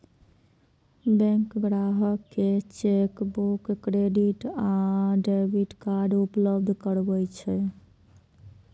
bank ग्राहक कें chequebook, credit आ डेबिट कार्ड उपलब्ध करबै छै